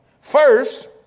First